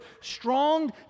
strong